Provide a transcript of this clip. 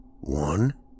One